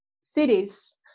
cities